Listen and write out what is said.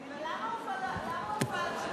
למה הופעל הצלצול?